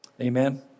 Amen